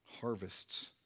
harvests